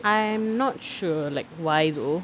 I am not sure like why though